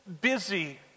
busy